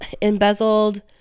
embezzled